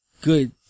good